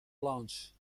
blanche